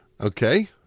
Okay